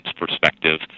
perspective